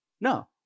No